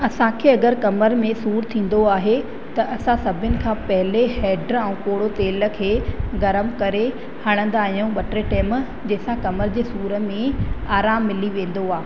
असांखे अगरि कमर में सूर थींदो आहे त असां सभिनि खां पहिरीं हेड्र ऐं थोरो तेलु खे गरम करे हणंदा आहियूं ॿ टे टाइम जंहिंसां कमर जे सूर में आराम मिली वेंदो आहे